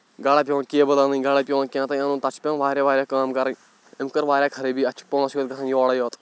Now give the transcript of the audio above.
گَرا پٮ۪وان کیبَل اَنٕنۍ گرا پٮ۪وان کیٛاہ تام اَنُن تَتھ چھِ پٮ۪وان واریاہ واریاہ کٲم کَرٕنۍ أمۍ کٔر واریاہ خرٲبی اَتھ چھِ پوںٛسہٕ یوت گژھان یورَے یوت